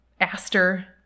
aster